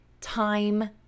time